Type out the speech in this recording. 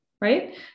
right